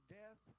death